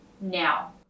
now